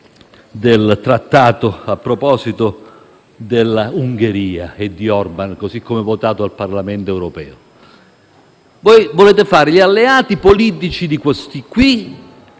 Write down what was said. del Trattato a proposito dell'Ungheria e di Orbán, così come votato dal Parlamento europeo. Voi volete fare gli alleati politici di questi